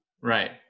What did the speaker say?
right